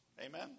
Amen